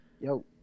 Yo